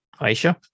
Aisha